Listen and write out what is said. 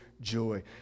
joy